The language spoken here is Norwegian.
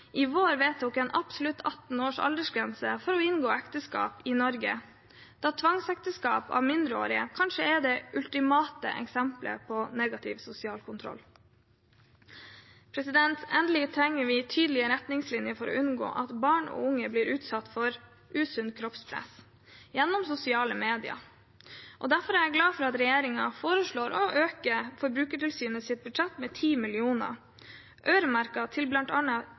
i vår vedtok en absolutt 18 års aldersgrense for å inngå ekteskap i Norge, da tvangsekteskap for mindreårige kanskje er det ultimate eksemplet på negativ sosial kontroll. Endelig trenger vi tydelige retningslinjer for å unngå at barn og unge blir utsatt for usunt kroppspress gjennom sosiale medier. Derfor er jeg glad for at regjeringen foreslår å øke Forbrukertilsynets budsjett med 10 mill. kr, øremerket til